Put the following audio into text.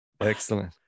Excellent